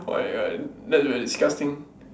why why that looks like disgusting